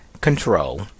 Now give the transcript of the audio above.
Control